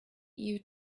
you